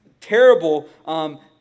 terrible